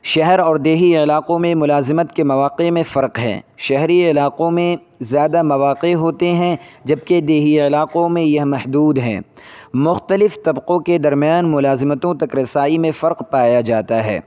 شہر اور دیہی علاقوں میں ملازمت کے مواقع میں فرق ہے شہری علاقوں میں زیادہ مواقع ہوتے ہیں جبکہ دیہی علاقوں میں یہ محدود ہیں مختلف طبقوں کے درمیان ملازمتوں تک رسائی میں فرق پایا جاتا ہے